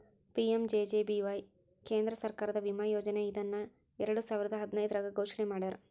PMJJBY ಕೇಂದ್ರ ಸರ್ಕಾರದ ವಿಮಾ ಯೋಜನೆ ಇದನ್ನ ಎರಡುಸಾವಿರದ್ ಹದಿನೈದ್ರಾಗ್ ಘೋಷಣೆ ಮಾಡ್ಯಾರ